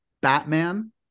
batman